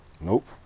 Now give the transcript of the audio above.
Nope